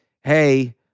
Hey